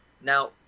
Now